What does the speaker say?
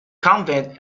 convent